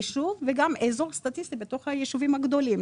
ישוב וגם אזור סטטיסטי בתוך היישובים הגדולים.